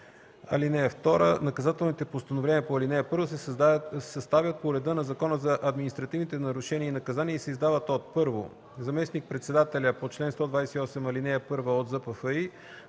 закон. (2) Наказателните постановления по ал. 1 се съставят по реда на Закона за административните нарушения и наказания и се издават от: 1. заместник-председателя по чл. 128, ал. 1 от ЗПФИ